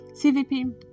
CVP